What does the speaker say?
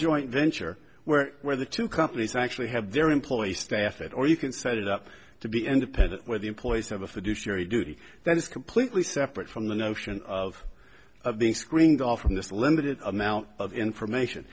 joint venture where where the two companies actually have their employee staff it or you can set it up to be independent where the employees have a fiduciary duty that is completely separate from the notion of being screened off from this limited amount of information